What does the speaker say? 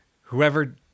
Whoever